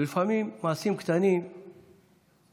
ולפעמים מעשים קטנים נשארים,